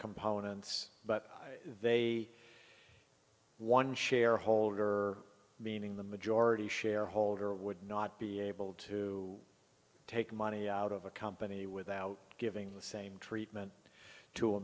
components but they one shareholder meaning the majority shareholder would not be able to take money out of a company without giving the same treatment to a